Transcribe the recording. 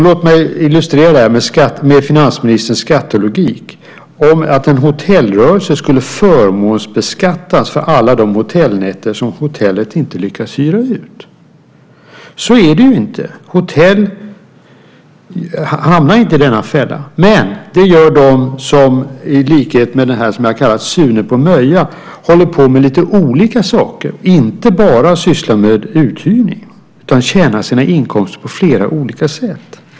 Låt mig illustrera detta med finansministerns skattelogik. En hotellrörelse skulle då förmånsbeskattas för alla de hotellnätter som hotellet inte lyckas hyra ut. Så är det ju inte. Hotell hamnar inte i denna fälla. Det gör däremot de som, i likhet med den som jag kallar Sune på Möja, håller på med lite olika saker och inte bara sysslar med uthyrning utan tjänar sina inkomster på flera olika sätt.